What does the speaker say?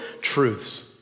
truths